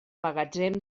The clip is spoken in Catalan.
magatzem